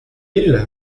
île